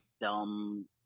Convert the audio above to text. dumb